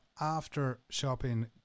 after-shopping